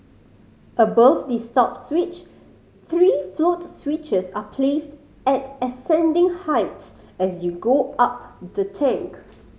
above the stop switch three float switches are placed at ascending heights as you go up the tank